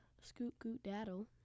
scoot-goot-daddle